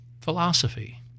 philosophy